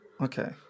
Okay